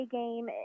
game